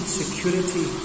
security